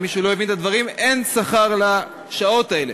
אם מישהו לא הבין את הדברים: אין שכר על השעות האלה.